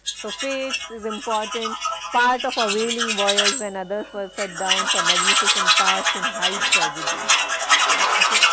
so fates is important part of a whaling voyage, when others were set down for magnificent parts in high tragedies ok,